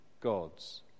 gods